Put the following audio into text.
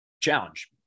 Challenge